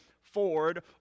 Ford